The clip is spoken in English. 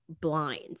blinds